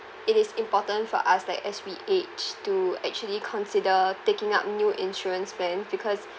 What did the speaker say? it is important for us that as we age to actually consider taking up new insurance plans because